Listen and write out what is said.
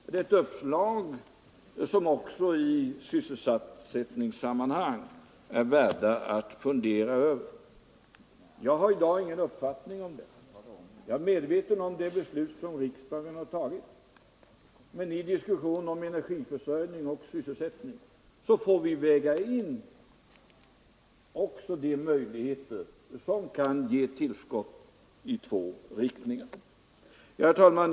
Det är ett uppslag som det också i sysselsättningssammanhang är värt att fundera över. Jag har i dag ingen uppfattning om huruvida en sådan utbyggnad skall ske. Jag är medveten om det beslut riksdagen fattat, men i diskussionen om energiförsörjning och sysselsättning får vi väga in också de möjligheter som kan ge tillskott i två riktningar. Herr talman!